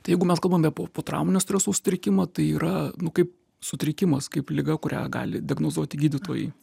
tai jeigu mes kalbam apie potrauminio streso sutrikimą tai yra nu kaip sutrikimas kaip liga kurią gali diagnozuoti gydytojai